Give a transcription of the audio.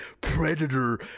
predator